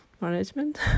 management